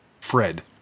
Fred